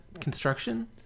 construction